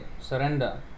surrender